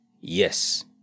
Yes